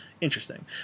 interesting